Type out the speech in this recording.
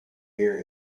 hear